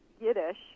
Yiddish